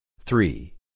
Three